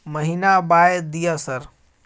महीना बाय दिय सर?